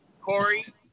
Corey